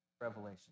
Revelation